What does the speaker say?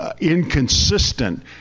inconsistent